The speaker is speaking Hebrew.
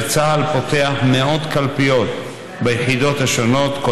צה"ל פותח מאות קלפיות ביחידות השונות,